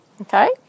Okay